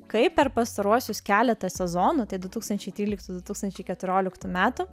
kaip per pastaruosius keletą sezonų tai du tūkstančiai tryliktų du tūkstančiai keturioliktų metų